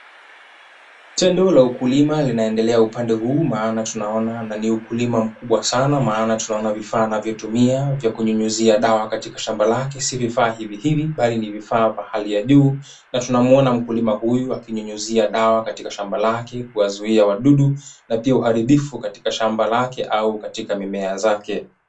Tendo la ukulima linaendelea upande huu, maana tunaona na ni ukulima mkubwa sana, maana tunaona vifaa anavyotumia vya kunyunyuzia dawa katika shamba lake si vifaa hivi hivi bali ni vifaa vya hali ya juu. Na tunamuona mkulima huyu akinyunyuzia dawa katika shamba lake kuwazuia wadudu na pia uharibifu katika shamba lake au katika mimea zake.